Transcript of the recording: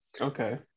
Okay